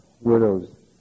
widows